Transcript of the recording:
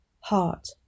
HEART